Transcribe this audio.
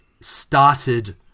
started